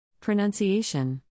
Pronunciation